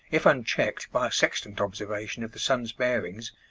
if unchecked by a sextant observation of the sun's bearings,